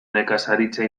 nekazaritza